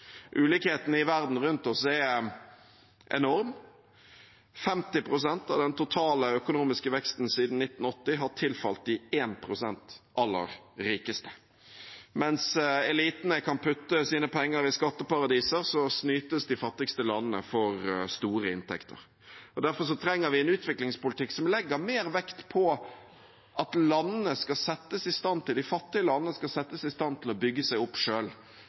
i verden rundt oss er enorme, 50 pst. av den totale økonomiske veksten siden 1980 har tilfalt de 1 pst. aller rikeste. Mens elitene kan putte sine penger i skatteparadiser, snytes de fattigste landene for store inntekter. Derfor trenger vi en utviklingspolitikk som legger mer vekt på at de fattige landene skal settes i stand til å bygge seg opp